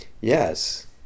Yes